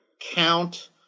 count